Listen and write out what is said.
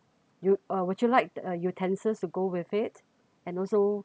you uh would you liked utensils to go with it and also